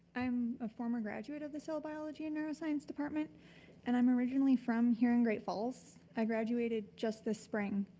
i'm a former graduate of the cell biology and neuroscience department and i'm originally from here in great falls. i graduated just this spring.